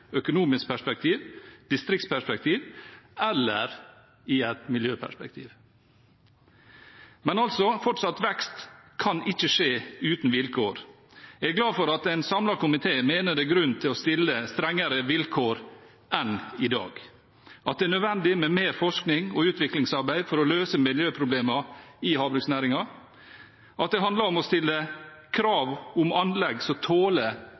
økonomisk perspektiv, i et distriktsperspektiv eller i et miljøperspektiv. Men, altså, fortsatt vekst kan ikke skje uten vilkår. Jeg er glad for at en samlet komité mener det er grunn til å stille strengere vilkår enn i dag: at det er nødvendig med mer forskning og utviklingsarbeid for å løse miljøproblemene i havbruksnæringen at det handler om å stille krav om anlegg som